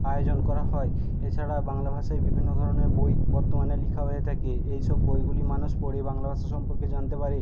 আয়োজন করা হয় এছাড়া বাংলা ভাষায় বিভিন্ন ধরনের বই বর্তমানে লেখা হয়ে থাকে এই সব বইগুলি মানুষ পড়ে বাংলা ভাষা সম্পর্কে জানতে পারে